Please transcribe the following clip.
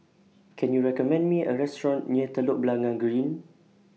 Can YOU recommend Me A Restaurant near Telok Blangah Green